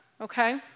okay